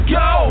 go